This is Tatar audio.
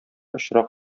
очрак